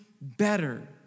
better